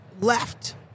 left